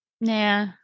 Nah